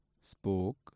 spoke